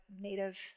native